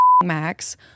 max